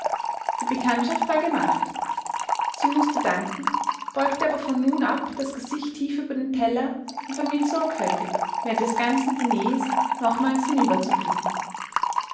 die bekanntschaft war gemacht sie mußte danken beugte aber von nun ab das gesicht tiefer über den teller und vermied sorgfältig während des ganzen diners nochmals